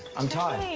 i'm todd.